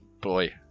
boy